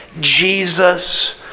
Jesus